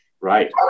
Right